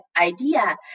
idea